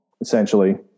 essentially